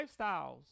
lifestyles